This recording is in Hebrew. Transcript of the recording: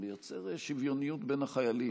לייצר שוויוניות בין החיילים.